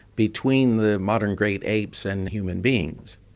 between the modern great apes and human beings.